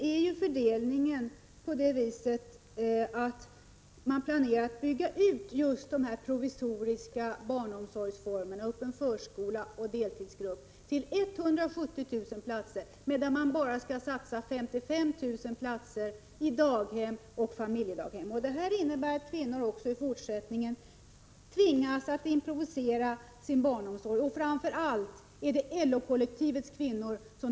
Nu planerar man att bygga ut just dessa provisoriska barnomsorgsformer, den öppna förskolan och deltidsgrupperna, till 170 000 platser, medan bara 55 000 platser satsas på daghem och familjedaghem. Detta innebär att kvinnor också i fortsättningen tvingas improvisera sin barnomsorg, och det gäller framför allt LO-kollektivets kvinnor.